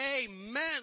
Amen